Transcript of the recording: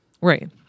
Right